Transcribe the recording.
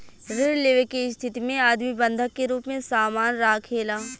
ऋण लेवे के स्थिति में आदमी बंधक के रूप में सामान राखेला